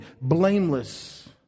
blameless